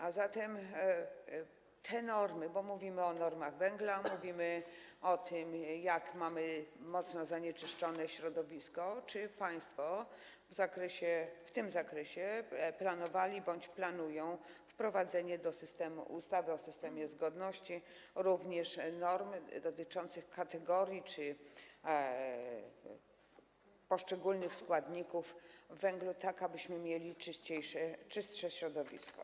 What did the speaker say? A zatem chodzi o te normy, bo mówimy o normach węgla, mówimy o tym, jak mamy mocno zanieczyszczone środowisko, o to, czy państwo w tym zakresie planowali bądź planują wprowadzenie do systemu ustawy o systemie zgodności również norm dotyczących kategorii czy poszczególnych składników w węglu, tak abyśmy mieli czystsze środowisko.